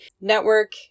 network